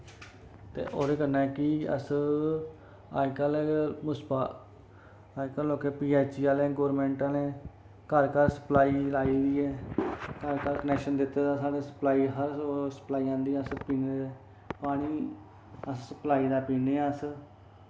ते ओह्दे कन्ने कि अस अजकल्ल उस अजकल्ल लोकें पी ऐच ई आह्लैं गौरमैंट आह्लें घर घर सपलाई लाई दी ऐ घर घर कनैक्शन दित्ते दा साढ़ै स्पलाई सप्लाई आंदी अस पीने पानी अस स्पलाई दा पीने आं अस